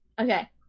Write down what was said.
Okay